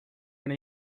were